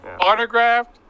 Autographed